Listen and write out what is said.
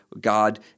God